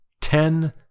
Ten